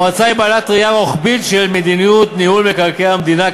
המועצה היא בעלת ראייה רוחבית של מדיניות ניהול מקרקעי המדינה,